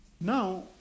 Now